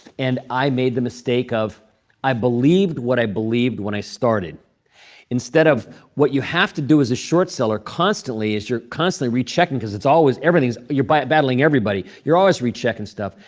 and i made the mistake of i believed what i believed when i started instead of what you have to do as a short seller constantly is you're constantly rechecking because it's always everything's you're battling everybody. you're always rechecking stuff.